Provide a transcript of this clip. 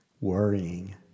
worrying